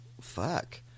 Fuck